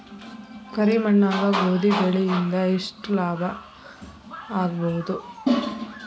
ಕರಿ ಮಣ್ಣಾಗ ಗೋಧಿ ಬೆಳಿ ಇಂದ ಎಷ್ಟ ಲಾಭ ಆಗಬಹುದ?